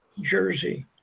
jersey